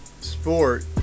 sport